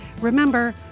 Remember